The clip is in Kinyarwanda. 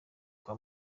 kwa